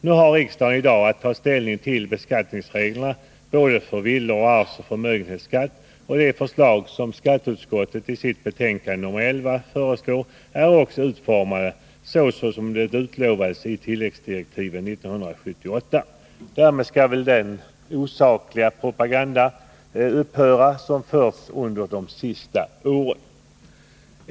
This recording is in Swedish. Nu har riksdagen i dag att ta ställning till beskattningsregler både för villor och för arv och förmögenheter, och de förslag som skatteutskottet i sitt betänkande nr 11 lägger fram är också utformade så som det utlovades i 42 tilläggsdirektiven 1978. Därmed skall väl den osakliga propaganda upphöra som förts under det senaste året.